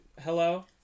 hello